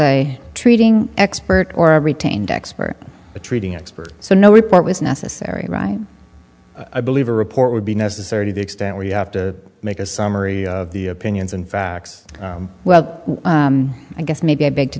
a trading expert or a retained expert treating expert so no report was necessary right i believe a report would be necessary to the extent where you have to make a summary of the opinions and facts well i guess maybe i beg to